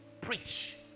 preach